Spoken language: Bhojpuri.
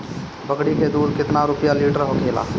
बकड़ी के दूध केतना रुपया लीटर होखेला?